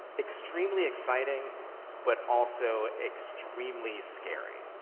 extremely exciting but also extremely scary.